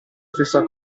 stessa